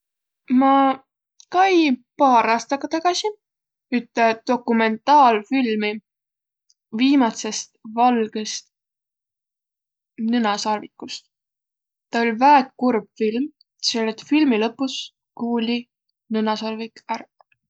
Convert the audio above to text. Ma kai paar aastakka tagasi ütte dokumentaalfilmi viimätsest valgõst nõnasarvikust. Taa oll' väega kurb film, selle et filmi lõpus kuuli nõnasarvik ärq.